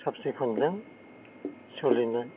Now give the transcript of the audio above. साफ सिखोनजों सोलिनो